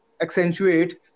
accentuate